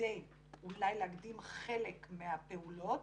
כדי אולי להקדים חלק מהפעולות